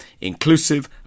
Inclusive